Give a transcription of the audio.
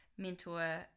mentor